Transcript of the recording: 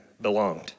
belonged